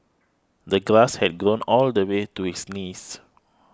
the grass had grown all the way to his knees